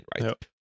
right